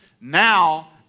Now